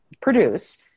produce